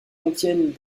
contiennent